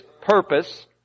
purpose